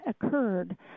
occurred